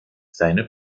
seine